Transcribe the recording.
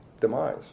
demise